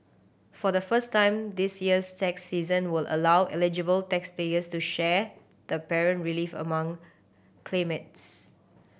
for the first time this year's tax season will allow eligible taxpayers to share the parent relief among claimants